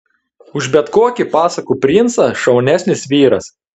už bet kokį pasakų princą šaunesnis vyras